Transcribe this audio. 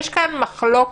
יש כאן מחלוקת.